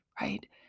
right